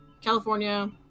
California